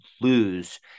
lose